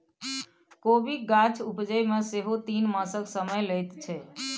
कोबीक गाछ उपजै मे सेहो तीन मासक समय लैत छै